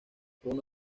uno